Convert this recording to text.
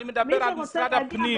אני מדבר על משרד הפנים.